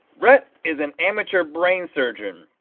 rhett is an amateur brain surgeon.